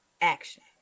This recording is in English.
action